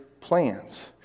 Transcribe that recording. plans